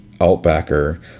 Altbacker